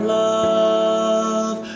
love